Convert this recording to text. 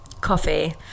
coffee